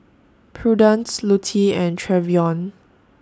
Prudence Lutie and Trevion